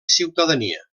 ciutadania